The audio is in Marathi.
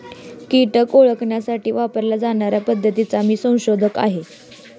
कीटक ओळखण्यासाठी वापरल्या जाणार्या पद्धतीचा मी संशोधक आहे